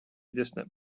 distant